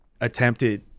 attempted